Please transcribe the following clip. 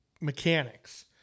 mechanics